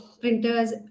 printers